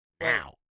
now